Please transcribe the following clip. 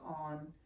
on